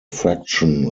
fraction